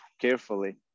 carefully